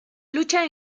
lucha